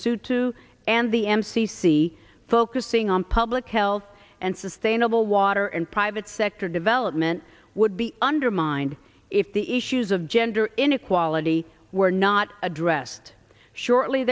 su two and the m c c focusing on public health and sustainable water and private sector development would be undermined if the issues of gender inequality were not addressed shortly